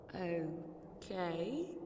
Okay